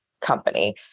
company